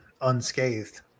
unscathed